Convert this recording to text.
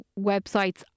websites